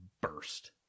burst